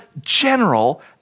general